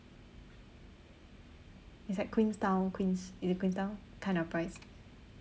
it's like queenstown queens~ is it queenstown kind of price